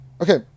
Okay